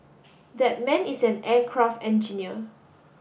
that man is an aircraft engineer